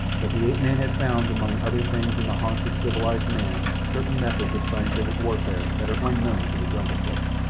but the ape-man had found, among other things in the haunts of civilized man, certain methods of scientific warfare that are unknown to the jungle folk.